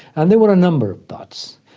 and there were a number of buts,